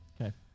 Okay